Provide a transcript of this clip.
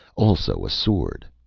also, a sword.